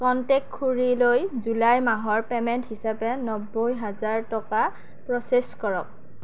contact খুড়ীলৈ July মাহৰ payment হিচাপে নব্বৈ হাজাৰ টকা প্ৰচেছ কৰক